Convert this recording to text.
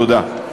תודה.